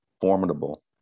formidable